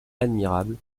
admirable